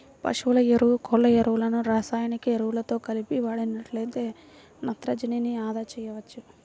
పశువుల ఎరువు, కోళ్ళ ఎరువులను రసాయనిక ఎరువులతో కలిపి వాడినట్లయితే నత్రజనిని అదా చేయవచ్చు